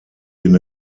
den